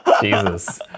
Jesus